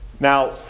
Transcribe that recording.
Now